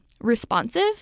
responsive